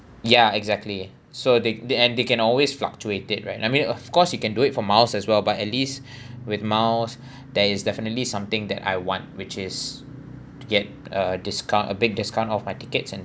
ya exactly so they they and they can always fluctuate it right I mean of course you can do it for miles as well but at least with miles there is definitely something that I want which is to get a discount a big discount off my tickets and